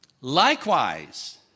Likewise